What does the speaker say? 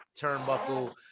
turnbuckle